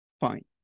Fine